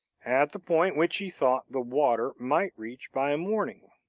at the point which he thought the water might reach by morning.